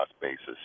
basis